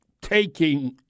taking